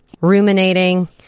ruminating